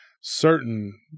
certain